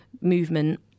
movement